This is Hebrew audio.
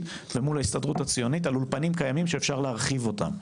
ומול ההסתדרות הציונית מול אולפנים קיימים שאפשר להרחיב אותם.